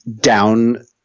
down